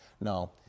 No